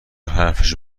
حرفشو